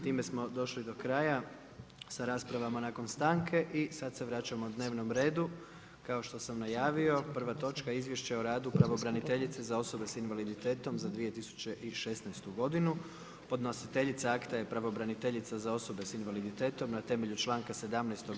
Time smo došli do kraja sa raspravama nakon stanke i sad se vraćamo dnevnom redu kao što sam najavio, prva točka: - Izvješće o radu pravobraniteljice za osobe sa invaliditetom za 2016. godinu Podnositeljica akta je pravobraniteljica za osobe sa invaliditetom na temelju članka 17.